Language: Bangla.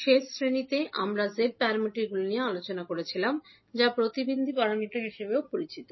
শেষ শ্রেণিতে আমরা z প্যারামিটারগুলি নিয়ে আলোচনা করছিলাম যা ইম্পিডেন্স প্যারামিটার হিসাবেও পরিচিত